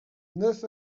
neuf